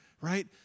right